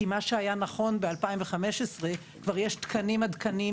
לגבי מה שהיה נכון ב-2015 כבר יש תקנים עדכניים